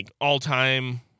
all-time